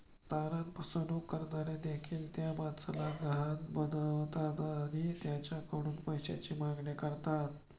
तारण फसवणूक करणारे देखील त्या माणसाला गहाण बनवतात आणि त्याच्याकडून पैशाची मागणी करतात